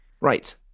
right